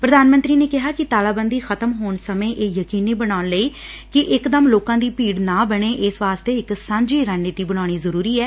ਪ੍ਰਧਾਨ ਮੰਤਰੀ ਨੇ ਕਿਹਾ ਕਿ ਤਾਲਾਬੰਦੀ ਖ਼ਤਮ ਹੋਣ ਸਮੇਂ ਇਹ ਯਕੀਨੀ ਬਣਾਉਣ ਲਈ ਕਿ ਇਕ ਦਮ ਲੋਕਾਂ ਦੀ ਭੀਤ ਨਾ ਬਣੇ ਇਸ ਵਾਸਤੇ ਇਕ ਸਾਂਝੀ ਰਣਨੀਤੀ ਬਣਾਉਣੀ ਜ਼ਰੁਰੀ ਐ